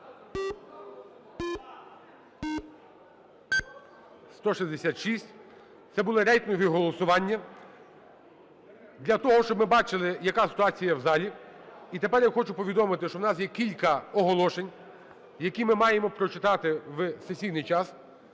За-166 Це були рейтингові голосування для того, щоб ми бачили, яка ситуація в залі. І тепер я хочу повідомити, що в нас є кілька оголошень, які ми маємо прочитати в сесійний час.